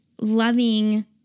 loving